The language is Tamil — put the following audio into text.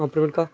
அப்புறமேட்க்கா